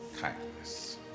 kindness